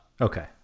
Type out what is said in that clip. Okay